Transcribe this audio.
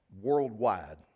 worldwide